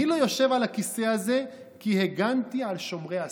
אני לא יושב על הכיסא הזה כי הגנתי על שומרי הסף.